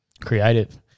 Creative